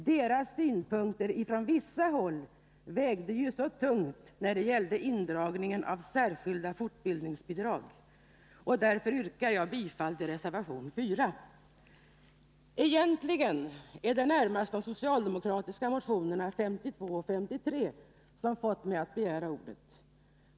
Deras synpunkm.m. ter ansågs ju på vissa håll väga så tungt när det gällde indragningen av särskilda fortbildningsbidrag. Därför yrkar jag bifall till reservation 4. Egentligen är det närmast de socialdemokratiska motionerna 52 och 53 som fått mig att begära ordet.